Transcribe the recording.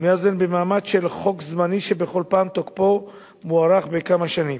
ומאז הן במעמד של חוק זמני שבכל פעם תוקפו מוארך בכמה שנים.